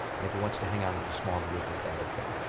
and if he wants to hang out in a small group, is that ok?